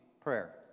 prayer